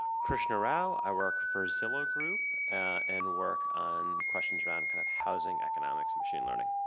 krishna rao. i work for zilla group and work on questions around kind of housing economics and machine learning.